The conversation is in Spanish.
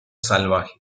salvaje